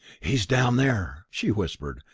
he's down there, she whispered,